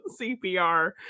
CPR